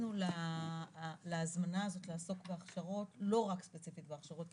התייחסנו להזמנה הזאת לעסוק בהכשרות לא רק ספציפית בהכשרות,